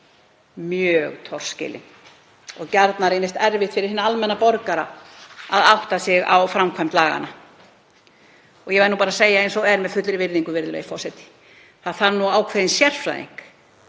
eru torskilin og gjarnan reynist erfitt fyrir hinn almenna borgara að átta sig á framkvæmd laganna. Ég verð nú bara að segja eins og er, með fullri virðingu, virðulegi forseti, að það þarf ákveðinn sérfræðing